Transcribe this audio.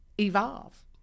evolve